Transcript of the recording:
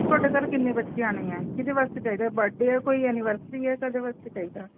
ਤੁਹਾਡੇ ਘਰ ਕਿੰਨੇ ਬੱਚੇ ਆਉਣੇ ਆ ਕਿਹਦੇ ਵਾਸਤੇ ਚਾਹੀਦਾ ਬਰਡੇ ਆ ਕੋਈ ਐਨੀਵਰਸੀ ਆ ਕਾਹਦੇ ਵਾਸਤੇ ਚਾਹੀਦਾ